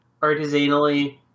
artisanally